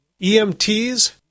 EMTs